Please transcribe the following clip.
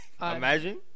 Imagine